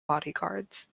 bodyguards